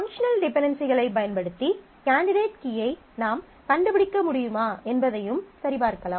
functional டிபென்டென்சிகளைப் பயன்படுத்தி candidate கீயை நாம் கண்டுபிடிக்க முடியுமா என்பதையும் சரிபார்க்கலாம்